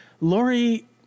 Lori